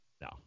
No